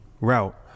route